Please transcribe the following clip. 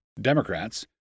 Democrats